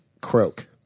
Croak